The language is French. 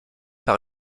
par